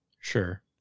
Sure